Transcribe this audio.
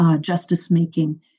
justice-making